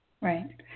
Right